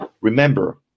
Remember